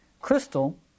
Crystal